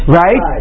right